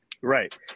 right